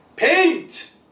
paint